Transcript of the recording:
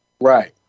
Right